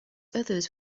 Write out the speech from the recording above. others